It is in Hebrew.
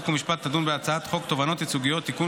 חוק ומשפט תדון בהצעת חוק תובענות ייצוגיות (תיקון,